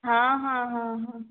ହଁ ହଁ ହଁ ହଁ